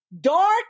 dark